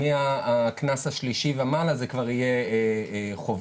ומהקנס השלישי ומעלה זה כבר יהיה חובה,